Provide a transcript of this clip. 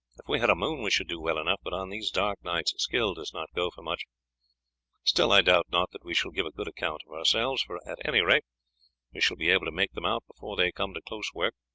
if we had a moon we should do well enough, but on these dark nights skill does not go for much still, i doubt not that we shall give a good account of ourselves, for at any rate we shall be able to make them out before they come to close work.